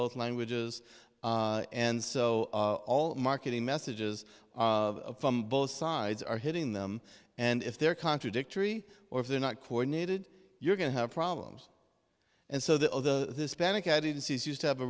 both languages and so all marketing messages from both sides are hitting them and if they're contradictory or if they're not coordinated you're going to have problems and so the hispanic i did see is used to have a